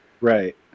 Right